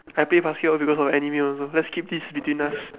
I play basketball because of anime also let's keep this between us